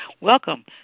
welcome